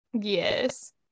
Yes